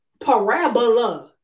Parabola